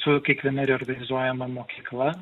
su kiekviena reorganizuojama mokykla